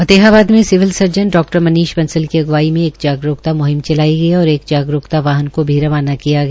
फतेहाबाद में civil surgeon डा मनीष बंसल की अग्रवाई में एक जागरूकता मुहिम चलाई गई और एक जागरूकता वाहन को भी रवाना किया गया